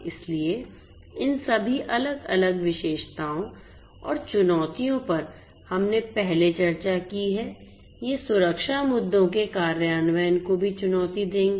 इसलिए इन सभी अलग अलग विशेषताओं और चुनौतियों पर हमने पहले चर्चा की है ये सुरक्षा मुद्दों के कार्यान्वयन को भी चुनौती देंगे